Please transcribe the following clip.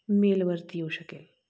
मेलवरती येऊ शकेल